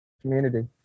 community